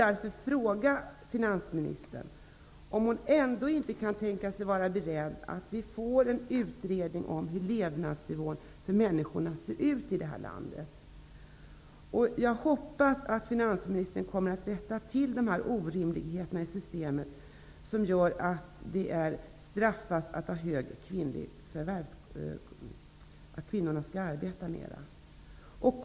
Är finansministern beredd att medverka till en utredning om levnadsnivån för människor i landet? Jag hoppas att finansministern kommer att rätta till orimligheterna i systemet som gör att kvinnors arbete straffas.